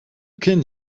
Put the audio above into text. can